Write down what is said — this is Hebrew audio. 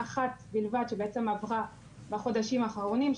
אחת בלבד עברה בחודשים האחרונים,